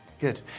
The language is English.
Good